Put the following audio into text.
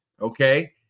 Okay